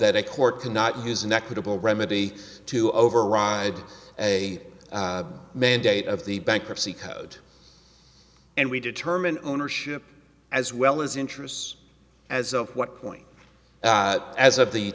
that a court cannot use an equitable remedy to override a mandate of the bankruptcy code and we determine ownership as well as interests as of what point as of the